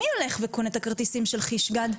מי הולך וקונה את כרטיסי החיש-גד?